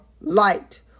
light